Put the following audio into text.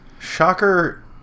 Shocker